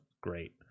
Great